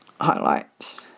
highlights